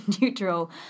neutral